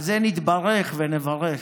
על זה נתברך ונברך,